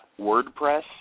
WordPress